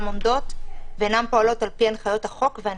עומדות ואינן פועלות על פי הנחיות החוק והנציבות.